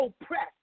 oppressed